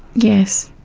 yes,